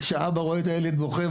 שאבא רואה את הילד בוכה,